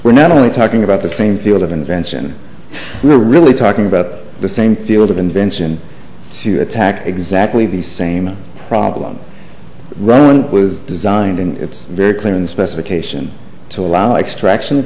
we're not only talking about the same field of invention we're really talking about the same field of invention to attack exactly the same problem ron was designed in it's very clear in the specification to allow extra